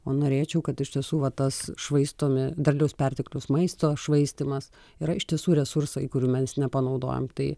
o norėčiau kad iš tiesų va tas švaistomi derliaus perteklius maisto švaistymas yra iš tiesų resursai kurių mes nepanaudojam tai